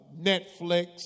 Netflix